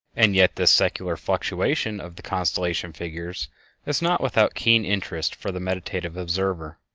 and yet this secular fluctuation of the constellation figures is not without keen interest for the meditative observer.